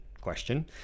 question